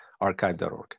archive.org